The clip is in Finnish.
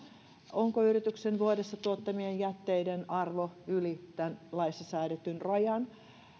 onko yrityksen vuodessa tuottamien jätteiden arvo yli tämän laissa säädetyn rajan